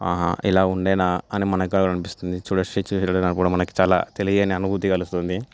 ఆహా ఇలా ఉండేనా అని మనకు అనిపిస్తుంది ఇలా చూసినప్పుడు మనకు తెలియని అనుభూతి కలుగుతుంది